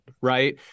right